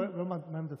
לא, לא הבנתי מה עמדתך.